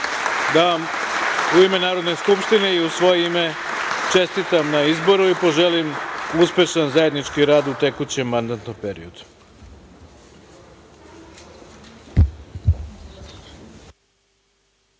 mi da u ime Narodne skupštine i u svoje ime čestitam na izboru i poželim uspešan zajednički rad u tekućem mandatnom periodu. Dame